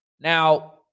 Now